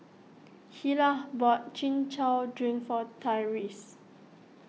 Hilah bought Chin Chow Drink for Tyrese